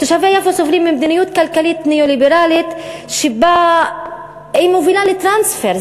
תושבי יפו סובלים ממדיניות כלכלית ניאו-ליברלית שמובילה לטרנספר,